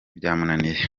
byamunaniye